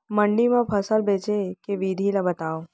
मंडी मा फसल बेचे के विधि ला बतावव?